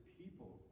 people